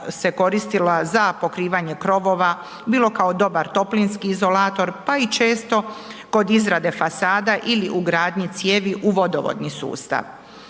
koristila za pokrivanje krovova, bilo kao dobar toplinski izolator pa i često kod izrade fasada ili ugradnji cijevi u vodovodni sustav.